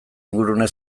ingurune